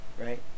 right